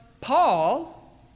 Paul